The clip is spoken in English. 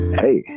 hey